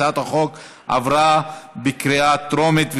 הצעת החוק עברה בקריאה טרומית,